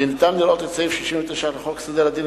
כי ניתן לראות את סעיף 69 לחוק סדר הדין